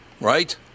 right